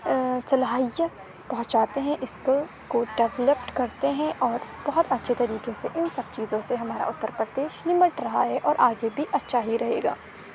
صلاحیت پہنچاتے ہیں اسکل کو ڈولپ کرتے ہیں اور بہت اچھے طریقے سے ان سب چیزوں سے ہمارا اتر پردیش نمٹ رہا ہے اور آگے بھی اچھا ہی رہے گا